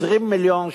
20 מיליון ש"ח.